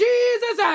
Jesus